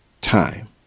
time